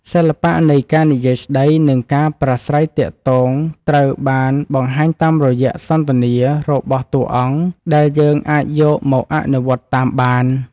សិល្បៈនៃការនិយាយស្ដីនិងការប្រស្រ័យទាក់ទងត្រូវបានបង្ហាញតាមរយៈសន្ទនារបស់តួអង្គដែលយើងអាចយកមកអនុវត្តតាមបាន។